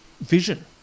vision